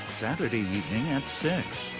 saturday evening at six